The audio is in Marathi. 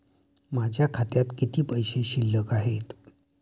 माझ्या खात्यात किती पैसे शिल्लक आहेत?